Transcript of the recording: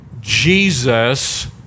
Jesus